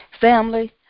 family